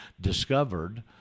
discovered